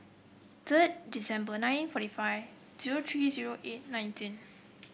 third December nine forty five zero three zero eight nineteen